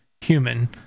human